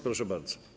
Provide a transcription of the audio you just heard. Proszę bardzo.